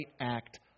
act